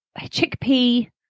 chickpea